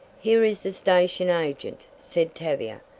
here is the station agent, said tavia,